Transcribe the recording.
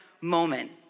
moment